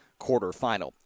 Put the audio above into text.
quarterfinal